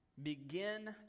begin